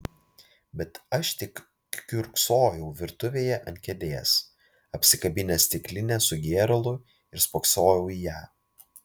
bet aš tik kiurksojau virtuvėje ant kėdės apsikabinęs stiklinę su gėralu ir spoksojau į ją